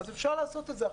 אפשר לעשות את זה.